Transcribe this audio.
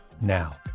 now